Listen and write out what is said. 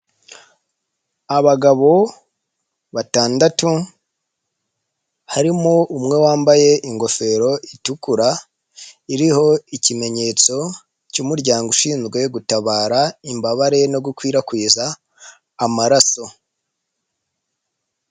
Abagabo batandatu, harimo umwe wambaye ingofero itukura, iriho ikimenyetso cyumuryango ushinzwe gutabara imbabare no gukwirakwiza amaraso.